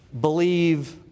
believe